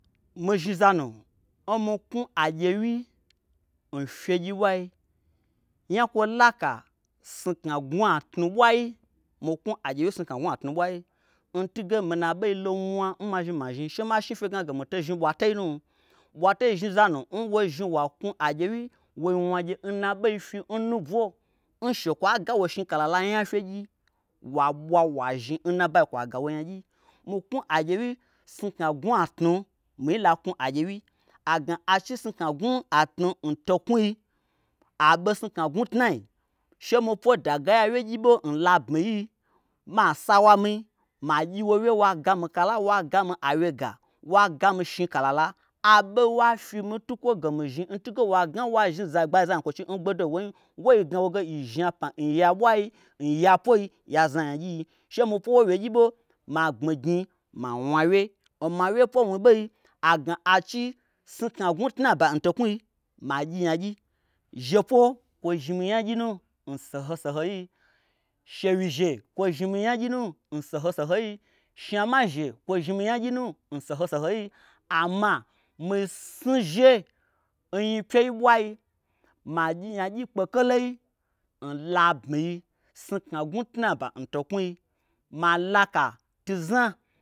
Mi zhni za nu n mi knwu agyewyi n fyegyi ɓwai nyakwo laka snukna gnwua tnu ɓwai mi knwu agyewyi snukna gnwatnu ɓwai n tuge mina ɓei lo nmwa n mazhni mazhni she ma shni. fyegna ge mitei zhni ɓwatei nu ɓwatei zhni oza nu n wozhni wa knwu agyewyi woi wna gye n naɓei fyi n nu ɓwo n shekwoa ga wo shni kalala nya fyegyi wa ɓwa wazhni nna bai kwa ga wo nyagyi. Mi knwu agyewyi snukna gnwua tnu mi-i la knwu agyewyi agna a chi snukna atnu n to knwui aɓe snukna gnwu tnai shemi po dagayia wyegyi ɓo n labmi yi ma sawami ma gyiwowye wa gami kala wa gami awyega waga mi shni kalala aɓo n wa fyimi ntukwo ge mizhni n tunge wa gna wa zhni gbagyiza nyikwochi n gbedo n woin woin gna wo ge nyi zhni apma n yabwai n ya pwoi ya zna nyagyi nyi shemi pwo wo wyegyi ɓo ma gbmignyi ma wnawye n ma wye pwo wnu ɓei agna a chi snukna n gnwu tnaba n to knwui ma gyinyagyi. zhepoo kwo zhni mi nyagyi nu n soho sohoi shewize kwo zhni mi nyagyi nu n soho sohoi shnama zhe kwo zhni mi nyagyi nu n soho sohoi amma mi snu zhe n nyi pyei ɓwai ma gyinyagyi kpokoloi n labmiyi snukna gnwu tnaba n toknwui ma laka tu zna